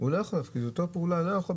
להפקיד צ'ק,